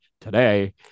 today